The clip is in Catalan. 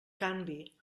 canvi